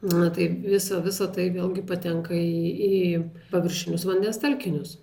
na tai visa visa tai vėlgi patenka į į paviršinius vandens telkinius